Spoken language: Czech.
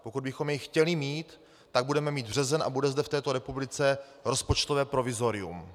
Pokud bychom jej chtěli mít, tak budeme mít březen a bude zde v této republice rozpočtové provizorium.